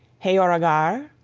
heorogar,